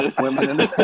women